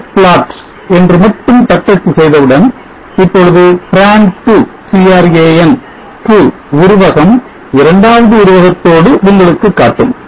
'set plot' என்று மட்டும் தட்டச்சு செய்தவுடன் இப்பொழுது tran 2 உருவகம் இரண்டாவது உருவகத்தோடு உங்களுக்கு காட்டும்